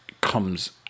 comes